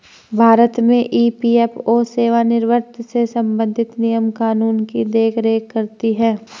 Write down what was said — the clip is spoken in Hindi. भारत में ई.पी.एफ.ओ सेवानिवृत्त से संबंधित नियम कानून की देख रेख करती हैं